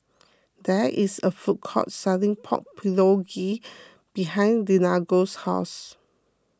there is a food court selling Pork Bulgogi behind Deangelo's house